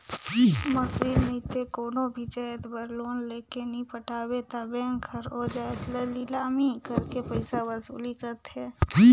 machine नइते कोनो भी जाएत बर लोन लेके नी पटाबे ता बेंक हर ओ जाएत ल लिलामी करके पइसा वसूली करथे